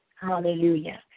hallelujah